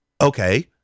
Okay